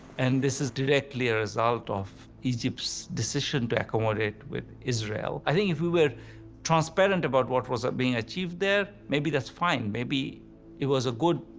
and this is directly a result of egypt's decision to accommodate with israel. i think if we were transparent about what was being achieved there maybe that's fine, maybe it was a good,